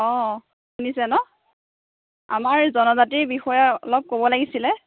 অ শুনিছে ন আমাৰ জনজাতিৰ বিষয়ে অলপ ক'ব লাগিছিলে